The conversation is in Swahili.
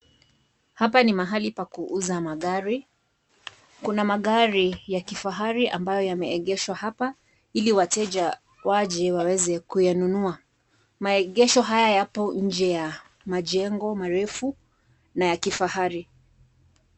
Hapa ni mahali pa kuuza magari. Kuna magari ya kifahari ambayo yameegeshwa hapa, ili wateja waje waweze kuyanunua. Maegesho haya yapo nje ya majengo marefu na ya kifahari.